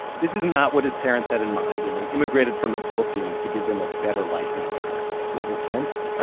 this is not what his parents had in mind when they immigrated from the philippines to give him a better life in america was it tense?